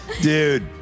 Dude